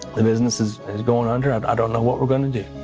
and business is is going under. um i don't know what we're going to do.